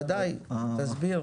ודאי, תסביר.